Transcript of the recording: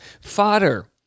fodder